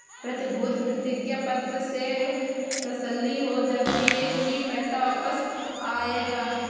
प्रतिभूति प्रतिज्ञा पत्र से तसल्ली हो जाती है की पैसा वापस आएगा